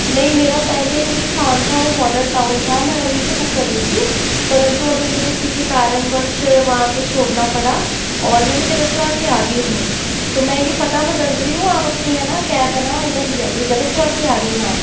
नहीं मेरा पहले जो स्थान था वो मॉडल टाउन था मैं वहीं से बुक कर रही थी परंतु अभी मुझे किसी कारणवश वहाँ से छोड़ना पड़ा और मैं अभी जगतपुरा के आगे हूँ तो मैं यह पता बदल रही हूँ आप अपनी है न कैब है न इधर ले आइये जगतपुरा के आगे हाँ